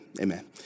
Amen